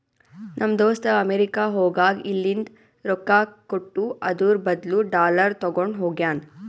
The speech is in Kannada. ನಮ್ ದೋಸ್ತ ಅಮೆರಿಕಾ ಹೋಗಾಗ್ ಇಲ್ಲಿಂದ್ ರೊಕ್ಕಾ ಕೊಟ್ಟು ಅದುರ್ ಬದ್ಲು ಡಾಲರ್ ತಗೊಂಡ್ ಹೋಗ್ಯಾನ್